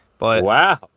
Wow